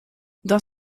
dans